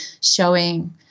showing